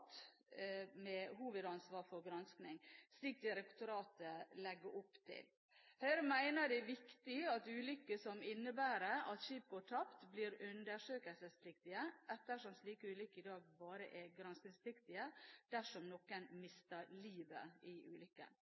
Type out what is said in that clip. med hovedansvar for gransking, slik direktoratet legger opp til. Høyre mener det er viktig at ulykker som innebærer at skip går tapt, blir undersøkelsespliktige, ettersom slike ulykker i dag bare er granskingspliktige dersom noen mister livet i